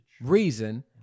reason